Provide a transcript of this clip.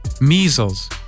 measles